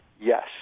yes